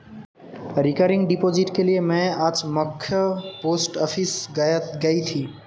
recurring deposit के लिए में आज मख्य पोस्ट ऑफिस गयी थी